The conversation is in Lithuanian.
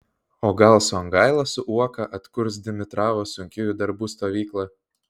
o gal songaila su uoka atkurs dimitravo sunkiųjų darbų stovyklą